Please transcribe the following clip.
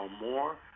more